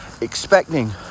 expecting